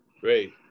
Great